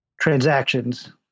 transactions